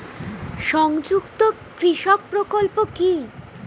সংযুক্ত কৃষক প্রকল্প কি?